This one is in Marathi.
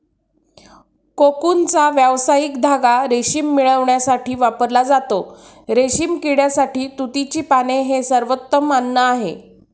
कोकूनचा व्यावसायिक धागा रेशीम मिळविण्यासाठी वापरला जातो, रेशीम किड्यासाठी तुतीची पाने हे सर्वोत्तम अन्न आहे